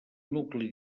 nucli